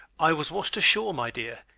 i was washed ashore, my dear,